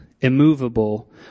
immovable